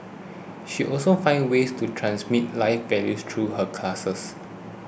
she also finds ways to transmit life values through her classes